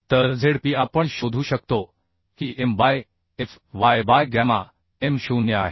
तरZp आपण शोधू शकतो की M by Fy by gamma M 0 आहे